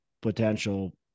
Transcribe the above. potential